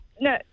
No